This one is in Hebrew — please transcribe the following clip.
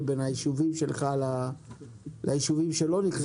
בין היישובים שלך ליישובים שלא נכנסנו?